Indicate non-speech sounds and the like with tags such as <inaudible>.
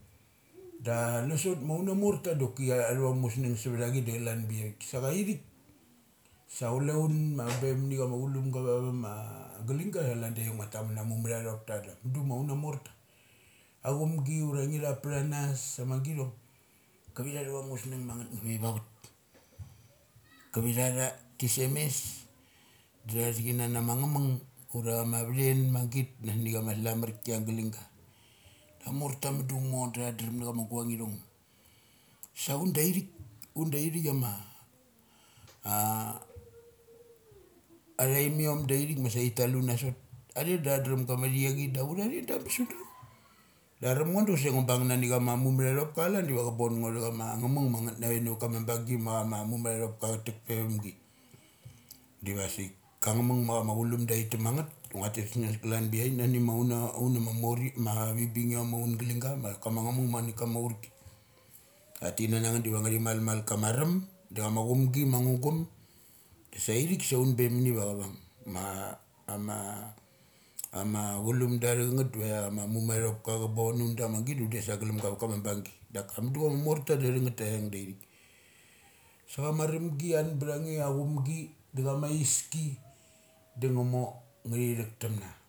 Da na sot ma unamorta doki a thava musnung sa vtha chi di chalan biavik sa chai ithik, sachule un ma <noise> chule unmaum bemani chama chulumga avama a galing ga chalan daithik ngua taman na muk mum athathopta da mudu ma aunamorta. Achumgi ura ngi thup pthanas ama gi thong. Kavitha athavamusng ma ngave vavat. Kavitha tha semes da tha thik kana na ngamung ura chama vathen magita na ni ama slamarki atha galing ka. Amorta mudu mor da tha drum na chama guang ithong. Saun daithik undalthik ama a <hesitation> athaimiom da ithik masa thi tal un na sot athe da tha drum na gama athachei da uth athe da bes utdrem. Da aram ngo du chusek ngu bung nani chama mumatha thop ka calan diva ana bon ngo na cha ma ngamngu ma ngeth have navet ka ma bung gi ma ammumathathoka chatek pe vumgi. Divasik kama ngamung ma chama chulum da thi tekmangeth da ngua tes sanas kalan biavik nani mauna, aunama morim ma vi bingiom aungaling ga ma kama ngamung mana hama aurki. Tha tik kananangeth diva ngathi mamal kama arum, da chamc chumgimangugum. Da sa ithik sa un be mani vachavung ma, ama, oma chulum da athangeth deva chama mumathathoipka cha bon un namagit da un des sa galum ga va kama banggi. Daka mudu chamamorta dathangeth da athang daithik sa cha ma arumgi chiaun bth nge achumgi da chama aiski da ngamor ngathi thuktum na